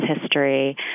history